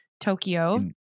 Tokyo